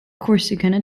corsicana